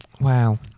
wow